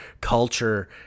culture